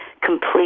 complete